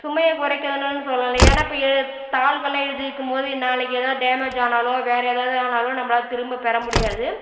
சுமையை குறைக்குதுன்னு சொல்லலாம் ஏன்னால் இப்போ எ தாள்களில் எழுதி வைக்கும்போது நாளைக்கு ஏதாவது டேமேஜ் ஆனாலோ வேறு ஏதாவது ஆனாலோ நம்மளால திரும்ப பெற முடியாது